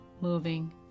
moving